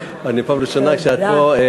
הראשונה כשאת פה,